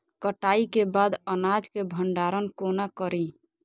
कटाई के बाद अनाज के भंडारण कोना करी?